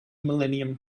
millennium